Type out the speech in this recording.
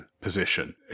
position